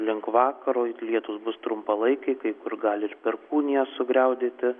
link vakaro lietūs bus trumpalaikiai kai kur gali ir perkūnija sugriaudėti